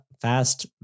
fast